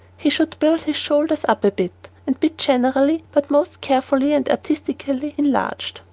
he should build his shoulders up a bit and be generally, but most carefully and artistically, enlarged.